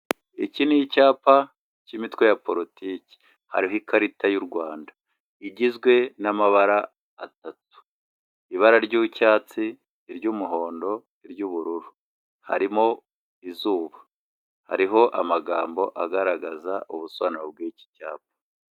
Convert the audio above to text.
Iki n'icyapa cy'imitwe ya Politiki hariho ikarita y'u Rwanda igizwe n'amabara atatu, ibara ry'icyatsi, ry'umuhondo, ry'ubururu harimo izuba hariho amagambo agaragaza ubusobanuro bw'iki cyapa.